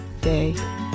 day